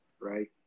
right